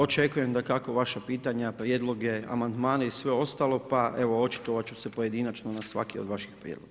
Očekujem dakako vaša pitanja, prijedloge, amandmane i sve ostalo, pa evo, očitovati ću se pojedinačno na svaki od vaši prijedloga.